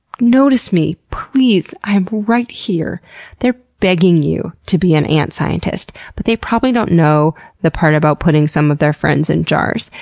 notice me, please, i am right here. begging you to be an ant scientist, but they probably don't know the part about putting some of their friends in jars.